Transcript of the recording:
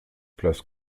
place